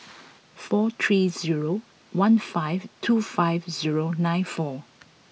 four three zero one five two five zero nine four